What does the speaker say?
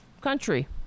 country